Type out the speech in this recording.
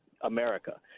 America